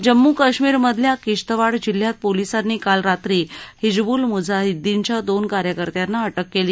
जम्मू काश्मीर मधल्या किश्तवाड जिल्ह्यात पोलिसांनी काल रात्री हिजबुल मुजाहिद्दीनच्या दोन कार्यकर्त्यांना अटक केली